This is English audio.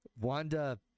Wanda